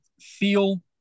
feel